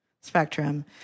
spectrum